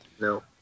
No